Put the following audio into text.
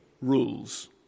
rules